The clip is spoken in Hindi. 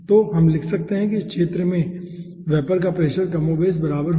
तो हम लिख सकते हैं कि इस क्षेत्र में वेपर का प्रेशर कमोबेश बराबर होगा